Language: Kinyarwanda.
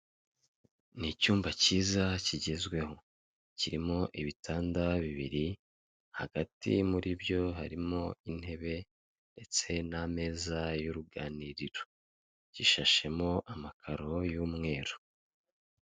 Ni icyumba cyiza kigezweho, kirimo ibitanda bibiri, hagati muri byo harimo intebe ndetse n'ameza y'uruganiriro. Gishashemo amakaro y'umweru.